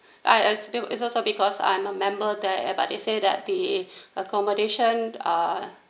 I assumed it's also because I'm a member there but they say that the accommodation uh